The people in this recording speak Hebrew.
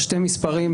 שני מספרים,